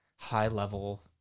high-level